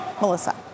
Melissa